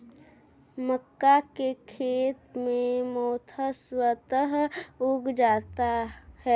मक्का के खेत में मोथा स्वतः उग जाता है